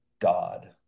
God